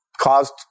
caused